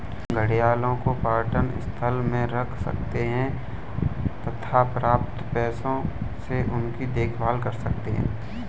घड़ियालों को पर्यटन स्थल में रख सकते हैं तथा प्राप्त पैसों से उनकी देखभाल कर सकते है